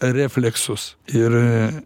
refleksus ir